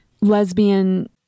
lesbian